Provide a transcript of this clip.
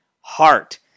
heart